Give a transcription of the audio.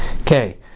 Okay